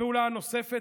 הפעולה הנוספת,